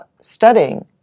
studying